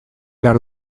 behar